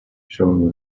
showing